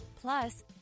Plus